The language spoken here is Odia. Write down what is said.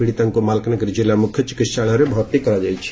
ପିଡ଼ିତାଙ୍କୁ ମାଲକାନଗିରି ଜିଲ୍ଲା ମୁଖ୍ୟ ଚିକିସ୍ାଳୟରେ ଭର୍ତି କରାଯାଇଛି